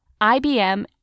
IBM